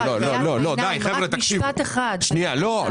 רק משפט אחד --- לא,